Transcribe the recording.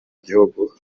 gihugu